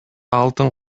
алтын